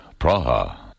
Praha